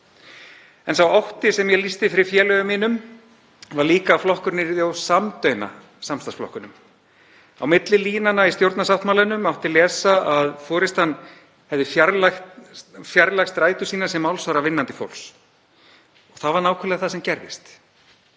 Sá ótti sem ég lýsti fyrir félögum mínum var líka að flokkurinn yrði of samdauna samstarfsflokkunum. Á milli línanna í stjórnarsáttmálanum mátti lesa að forystan hefði fjarlægst rætur sína sem málsvarar vinnandi fólks. Það var nákvæmlega það sem gerðist.